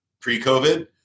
pre-COVID